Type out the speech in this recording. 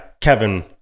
Kevin